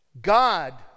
God